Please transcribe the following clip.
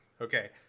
Okay